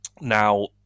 Now